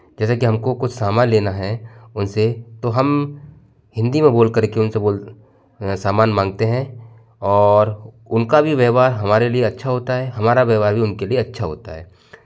जैसे कि हमको कुछ सामान लेना है उनसे तो हम हिंदी में बोल करके उनसे बोल के सामान मांगते हैं और उनका भी व्यवहार हमारे लिए अच्छा होता है हमारा व्यवहार भी उनके लिए अच्छा होता है